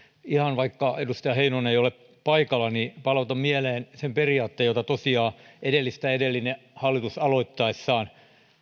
ihan vaikka edustaja heinonen ei ole paikalla palautan mieleen sen periaatteen jota tosiaan edellistä edellinen hallitus noudatti aloittaessaan